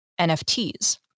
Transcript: NFTs